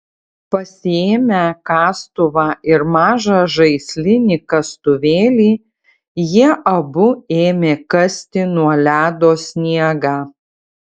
pasiėmę kastuvą ir mažą žaislinį kastuvėlį jie abu ėmė kasti nuo ledo sniegą